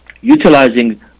Utilizing